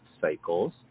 cycles